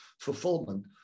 fulfillment